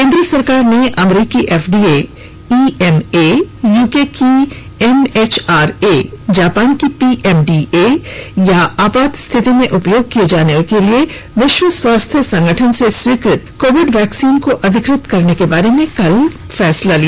केन्द्र सरकार ने अमरीकी एफडीए ईएमए यूके की एमएचआरए जापान की पीएमडीए या आपात स्थिति में उपयोग किए जाने के लिए विश्व स्वास्थ्य संगठन से स्वीकृत कोविड वैक्सीन को अधिकृत करने के बारे में कल यह फैसला किया